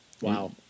Wow